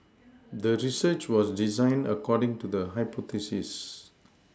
the research was designed according to the hypothesis